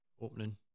opening